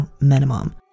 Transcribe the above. minimum